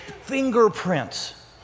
fingerprints